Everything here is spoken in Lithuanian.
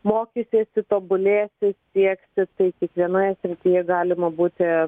mokysiesi tobulėts siekti tai kiekvienoje srityje galima būti